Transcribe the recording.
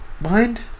Mind